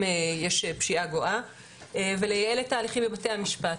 יש פשיעה גואה ולייעל את ההליכים בבתי המשפט.